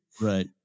Right